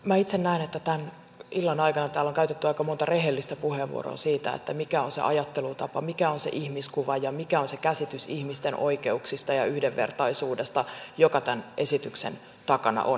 minä itse näen että tämän illan aikana täällä on käytetty aika monta rehellistä puheenvuoroa siitä mikä on se ajattelutapa mikä on se ihmiskuva ja mikä on se käsitys ihmisten oikeuksista ja yhdenvertaisuudesta joka tämän esityksen takana on